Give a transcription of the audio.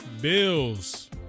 Bills